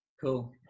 Cool